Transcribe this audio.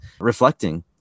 reflecting